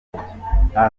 nta